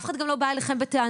אף אחד לא בא אליכן בטענות.